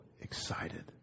excited